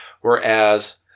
Whereas –